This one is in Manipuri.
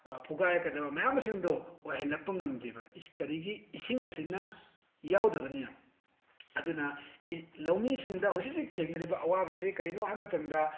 ꯐꯨꯒꯥꯏꯔꯛꯀꯗꯕ ꯃꯌꯥꯝꯁꯤꯡꯗꯣ ꯑꯣꯏꯍꯜꯂꯛꯄ ꯉꯝꯗꯦꯕ ꯀꯔꯤꯒꯤ ꯏꯁꯤꯡ ꯑꯁꯤꯅ ꯌꯥꯎꯗꯕꯅꯤꯅ ꯑꯗꯨꯅ ꯂꯧꯃꯤꯁꯤꯡꯗ ꯍꯧꯖꯤꯛ ꯍꯧꯖꯤꯛ ꯊꯦꯡꯅꯔꯤꯕ ꯑꯋꯥꯕꯁꯤ ꯀꯔꯤꯅꯣ ꯍꯥꯏꯕ ꯃꯇꯝꯗ